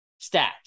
Stats